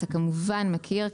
אתה כמובן מכיר,